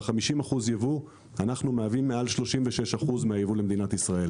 ב-50% ייבוא אנחנו מהווים מעל 36% מהייבוא למדינת ישראל.